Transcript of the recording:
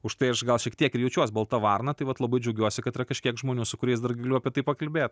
užtai aš gal šiek tiek ir jaučiuos balta varna tai vat labai džiaugiuosi kad yra kažkiek žmonių su kuriais dar galiu apie tai pakalbėt